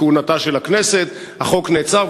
כהונתה של הכנסת והחוק נעצר.